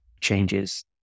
changes